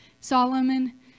Solomon